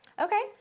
Okay